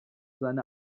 seine